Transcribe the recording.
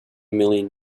million